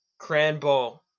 Cranball